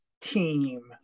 team